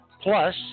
Plus